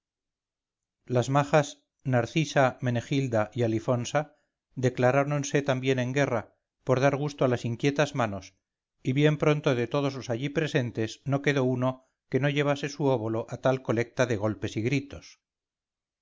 las majas narcisa menegilda y alifonsa declaráronse también en guerra por dar gusto a las inquietas manos y bien pronto de todos los allí presentes no quedó uno que no llevase su óbolo a tal colecta de golpes y gritos